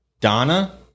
Donna